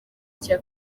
cya